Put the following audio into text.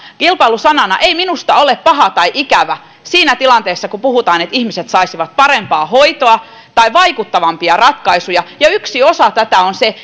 kilpailu sanana ei minusta ole paha tai ikävä siinä tilanteessa kun puhutaan että ihmiset saisivat parempaa hoitoa tai vaikuttavampia ratkaisuja ja yksi osa tätä on se